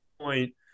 point